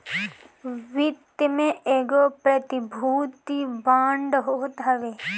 वित्त में एगो प्रतिभूति बांड होत हवे